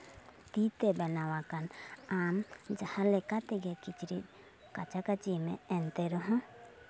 ᱛᱤᱛᱮ ᱵᱮᱱᱟᱣ ᱟᱠᱟᱱ ᱟᱢ ᱡᱟᱦᱟᱸ ᱞᱮᱠᱟ ᱛᱮᱜᱮ ᱠᱤᱪᱨᱤᱡ ᱠᱟᱪᱟᱠᱟᱸᱪᱤ ᱢᱮ ᱮᱱᱛᱮ ᱨᱮᱦᱚᱸ